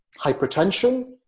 Hypertension